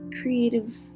creative